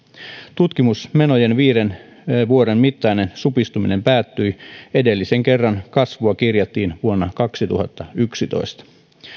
tutkimusmenojen viiden vuoden mittainen supistuminen päättyi edellisen kerran kasvua kirjattiin vuonna kaksituhattayksitoista